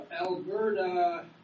Alberta